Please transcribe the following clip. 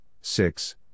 six